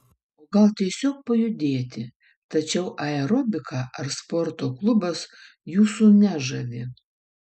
o gal tiesiog pajudėti tačiau aerobika ar sporto klubas jūsų nežavi